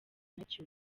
nacyo